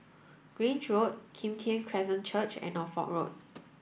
Grange Road Kim Tian Christian Church and Norfolk Road